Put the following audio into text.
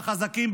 בחזקים,